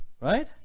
right